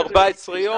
14 יום,